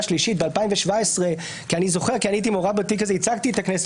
שלישית ב-2017 כי הייתי מעורב ביק הזה ייצגתי את הכנסת